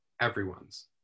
everyone's